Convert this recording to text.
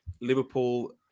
Liverpool